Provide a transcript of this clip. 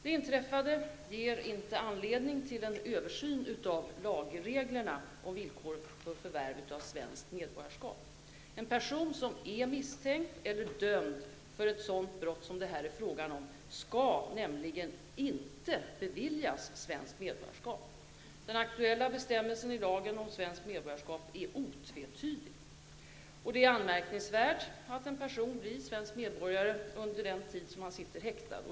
Det inträffade ger inte anledning till en översyn av lagreglerna om villkoren för förvärv av svenskt medborgarskap. En person som är misstänkt eller dömd för ett sådant brott som det här är fråga om skall nämligen inte beviljas svenskt medborgarskap. Den aktuella bestämmelsen i lagen om svenskt medborgarskap är otvetydig. Det är anmärkningsvärt att en person blir svensk medborgare under den tid han är häktad.